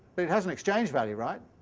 but it has an exchange-value, right?